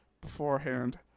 beforehand